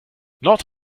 not